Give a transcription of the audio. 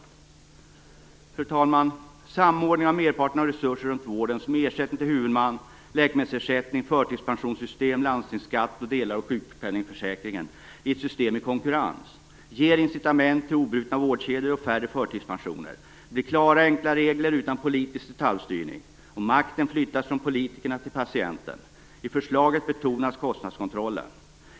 Fru talman! Samordningen av merparten av vårdens resurser, som ersättning till huvudman, läkemedelsersättning, förtidspensionssystem, landstingsskatt och delar av sjukpenningförsäkringen i ett system i konkurrens, ger incitament till obrutna vårdkedjor och färre förtidspensioner. Det blir klara, enkla regler utan politisk detaljstyrning, och makten flyttas från politikerna till patienten. I förslaget betonas kostnadskontrollen.